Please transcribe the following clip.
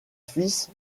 fils